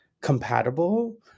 compatible